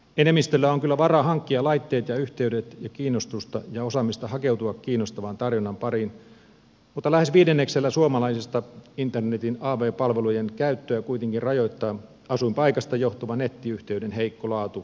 enemmistöllä on kyllä varaa hankkia laitteita ja yhteydet sekä kiinnostusta ja osaamista hakeutua kiinnostavan tarjonnan pariin mutta lähes viidenneksellä suomalaisista internetin av palvelujen käyttöä kuitenkin rajoittaa asuinpaikasta johtuva nettiyhteyden heikko laatu